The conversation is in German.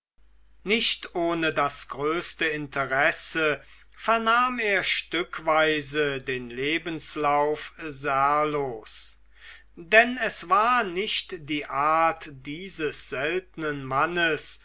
nicht ohne das größte interesse vernahm er stückweise den lebenslauf serlos denn es war nicht die art dieses seltnen mannes